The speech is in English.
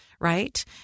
right